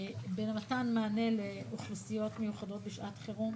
במתן מענה לאוכלוסיות מיוחדות בשעת חירום,